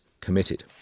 committed